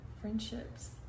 friendships